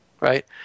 right